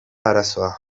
arazoa